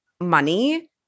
money